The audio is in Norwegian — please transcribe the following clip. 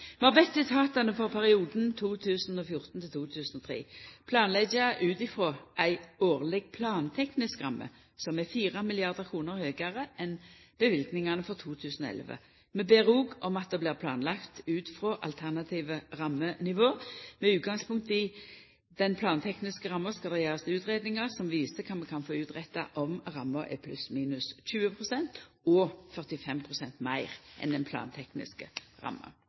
Vi har bedt etatane – for perioden 2014–2023 – planleggja ut frå ei årleg planteknisk ramme som er 4 mrd. kr høgare enn løyvingane for 2011. Vi ber òg om at det blir planlagt ut frå alternative rammenivå. Med utgangspunkt i den plantekniske ramma skal det gjerast utgreiingar som viser kva vi kan få utretta om ramma er pluss/minus 20 pst. og 45 pst. meir enn den plantekniske